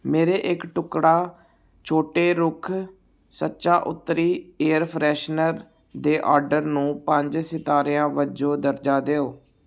ਮੇਰੇ ਇੱਕ ਟੁਕੜਾ ਛੋਟੇ ਰੁੱਖ ਸੱਚਾ ਉੱਤਰੀ ਏਅਰ ਫਰੈਸ਼ਨਰ ਦੇ ਆਰਡਰ ਨੂੰ ਪੰਜ ਸਿਤਾਰਿਆਂ ਵਜੋਂ ਦਰਜਾ ਦਿਓ